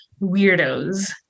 Weirdos